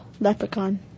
leprechaun